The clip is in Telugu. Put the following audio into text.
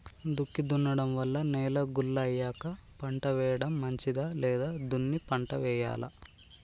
దుక్కి దున్నడం వల్ల నేల గుల్ల అయ్యాక పంట వేయడం మంచిదా లేదా దున్ని పంట వెయ్యాలా?